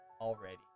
already